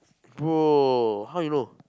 bro how you know